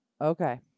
Okay